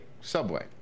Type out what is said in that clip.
Subway